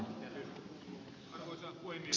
arvoisa puhemies